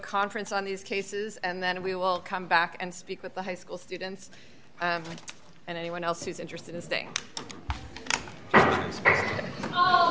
conference on these cases and then we will come back and speak with the high school students and anyone else who's interested in staying